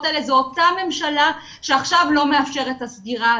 האלו זו אותה ממשלה שעכשיו מאפשרת את הסגירה.